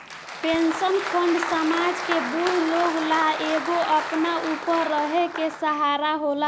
pension fund समाज के बूढ़ लोग ला एगो अपना ऊपर रहे के सहारा होला